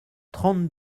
trente